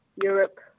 Europe